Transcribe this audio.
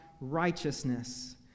righteousness